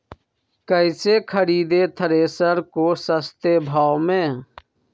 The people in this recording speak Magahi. कैसे खरीदे थ्रेसर को सस्ते भाव में?